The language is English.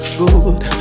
good